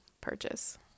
purchase